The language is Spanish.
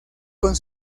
con